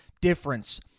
difference